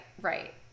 right